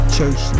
Church